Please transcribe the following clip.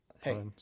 hey